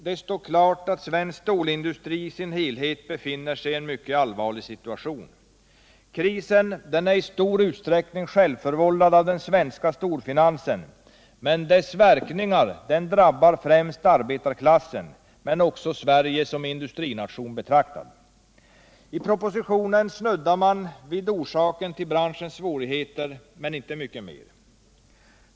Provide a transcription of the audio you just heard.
Det står klart att svensk stålindustri i sin helhet befinner sig i en mycket allvarlig situation. Krisen är i stor utsträckning självförvållad av den svenska storfinansen, och dess verkningar drabbar främst arbetarklassen, men också Sverige som industrination betraktad. I propositionen snuddar man vid orsaken till branschens svårigheter, men inte mycket mer.